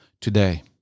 today